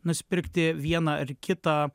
nusipirkti vieną ar kitą